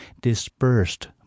dispersed